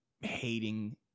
hating